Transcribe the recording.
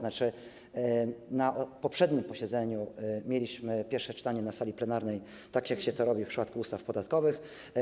Na poprzednim posiedzeniu mieliśmy pierwsze czytanie projektu na sali plenarnej, tak jak się to robi w przypadku ustaw podatkowych.